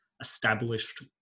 established